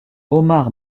omar